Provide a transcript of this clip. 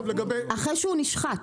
אחרי שהוא נשחט.